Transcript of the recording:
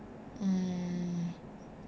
mm